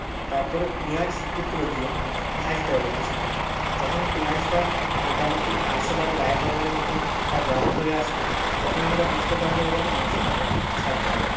তারপরে পিঁয়াজ টুকরো দিয়ে ভাজতে হবে কিছুক্ষণ যখন পিঁয়াজটা মোটামুটি আরশোলার গায়ের রঙের মতন তার রঙ হয়ে আসবে তখন আমরা বুঝতে পারব এবার মাংসটাকে ছাড়তে হবে